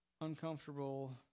uncomfortable